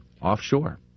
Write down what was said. offshore